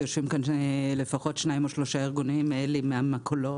יושבים פה לפחות שניים או שלושה ארגונים: אלי מהמכולת,